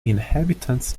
inhabitants